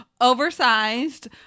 oversized